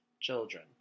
children